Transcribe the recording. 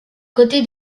côté